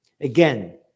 Again